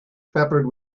peppered